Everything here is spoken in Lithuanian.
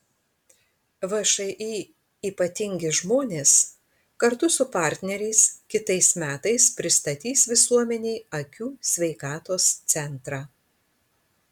všį ypatingi žmonės kartu su partneriais kitais metais pristatys visuomenei akių sveikatos centrą